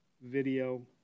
video